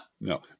no